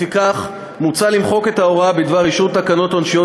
לפיכך מוצע למחוק את ההוראה בדבר אישור תקנות עונשיות